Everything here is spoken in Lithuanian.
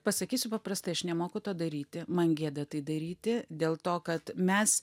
pasakysiu paprastai aš nemoku to daryti man gėda tai daryti dėl to kad mes